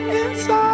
inside